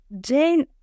Jane